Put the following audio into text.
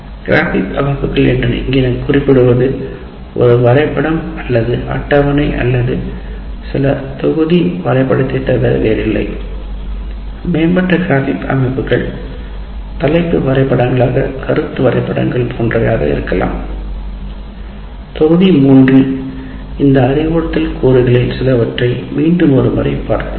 graphic அமைப்பாளர் என்று சொல்ல ஒரு வரைபடம் அல்லது அட்டவணை அல்லது சில தொகுதி வரைபடத்தைத் தவிர வேறில்லை மேம்பட்ட கிராஃபிக் அமைப்பாளர்கள் தலைப்பு வரைபடங்களாக கருத்து வரைபடங்கள் போன்றவை ஆக இருக்கலாம் தொகுதி 3 இல் உள்ள இந்த அறிவுறுத்தல் கூறுகளில் சிலவற்றை மீண்டும் ஒரு முறை பார்ப்போம்